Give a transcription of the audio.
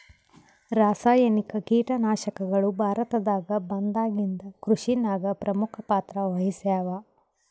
ರಾಸಾಯನಿಕ ಕೀಟನಾಶಕಗಳು ಭಾರತದಾಗ ಬಂದಾಗಿಂದ ಕೃಷಿನಾಗ ಪ್ರಮುಖ ಪಾತ್ರ ವಹಿಸ್ಯಾವ